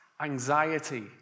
anxiety